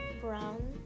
brown